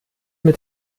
mit